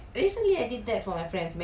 mm